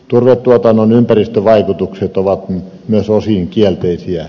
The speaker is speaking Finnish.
turvetuotannon ympäristövaikutukset ovat myös osin kielteisiä